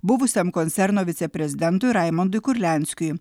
buvusiam koncerno viceprezidentui raimundui kurlianskiui